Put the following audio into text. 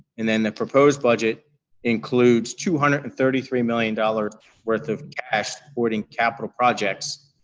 and then, the proposed budget includes two hundred and thirty three million dollars worth of cash supporting capital projects